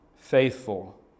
Faithful